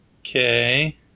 Okay